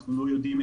אנחנו לא יודעים,